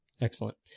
excellent